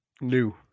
new